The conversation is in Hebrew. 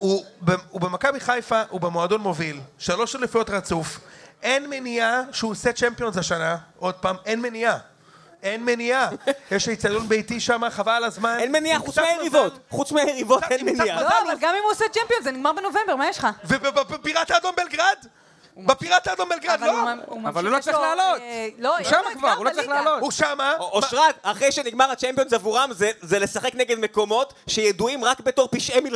הוא במכבי חיפה, הוא במועדון מוביל, שלוש אליפויות רצוף. אין מניעה שהוא עושה צ'מפיונס השנה. עוד פעם, אין מניעה. אין מניעה. יש אצטדיון ביתי שם, חבל על הזמן. אין מניעה חוץ מהיריבות. חוץ מהיריבות אין מניעה. לא, אבל גם אם הוא עושה צ'מפיונס, זה נגמר בנובמבר, מה יש לך? ובפיראט האדום בלגרד? בפיראט האדום בלגרד, לא? אבל הוא לא צריך לעלות. הוא שמה כבר, הוא לא צריך לעלות. הוא שמה. אושרת, אחרי שנגמר הצ'מפיונס עבורם, זה לשחק נגד מקומות שידועים רק בתור פשעי...